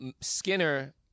Skinner